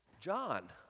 John